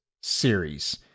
series